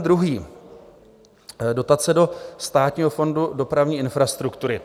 Druhý návrh, dotace do Státního fondu dopravní infrastruktury.